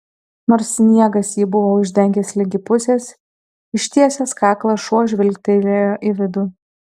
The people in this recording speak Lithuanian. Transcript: nors sniegas jį buvo uždengęs ligi pusės ištiesęs kaklą šuo žvilgtelėjo į vidų